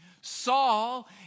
Saul